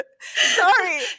Sorry